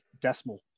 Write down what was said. decimal